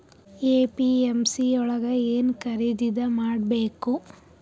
APMC ಯೊಳಗ ಏನ್ ಖರೀದಿದ ಮಾಡ್ಬೇಕು?